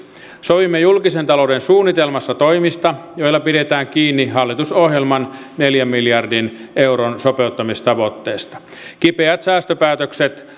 sovimme julkisen talouden suunnitelmassa toimista joilla pidetään kiinni hallitusohjelman neljän miljardin euron sopeuttamistavoitteesta kipeät säästöpäätökset